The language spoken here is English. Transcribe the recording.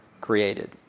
created